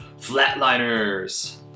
Flatliners